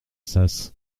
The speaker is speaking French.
sas